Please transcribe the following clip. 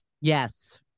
Yes